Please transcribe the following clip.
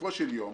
בסופו של יום,